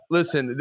Listen